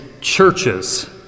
churches